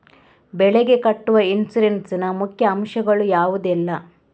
ಬೆಳೆಗೆ ಕಟ್ಟುವ ಇನ್ಸೂರೆನ್ಸ್ ನ ಮುಖ್ಯ ಅಂಶ ಗಳು ಯಾವುದೆಲ್ಲ?